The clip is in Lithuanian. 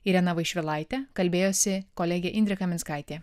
irena vaišvilaite kalbėjosi kolegė indrė kaminskaitė